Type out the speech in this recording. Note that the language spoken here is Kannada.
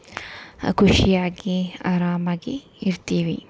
ಖುಷಿಯಾಗಿ ಆರಾಮಾಗಿ ಇರ್ತೀವಿ